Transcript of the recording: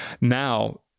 Now